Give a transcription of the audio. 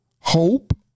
hope